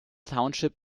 township